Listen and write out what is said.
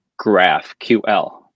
GraphQL